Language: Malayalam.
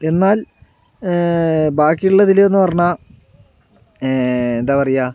എന്നാൽ ബാക്കിയുള്ളതിൽ എന്ന് പറഞ്ഞാൽ എന്താ പറയുക